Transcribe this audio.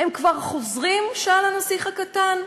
"הם כבר חוזרים?" שאל הנסיך הקטן.